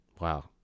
Wow